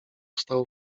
stał